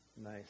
Nice